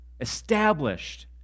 established